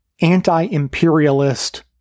anti-imperialist